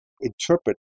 interpret